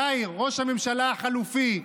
יאיר, ראש הממשלה החלופי,